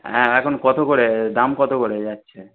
হ্যাঁ এখন কত করে দাম কত করে যাচ্ছে